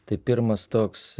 tai pirmas toks